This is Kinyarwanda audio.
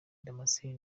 damascene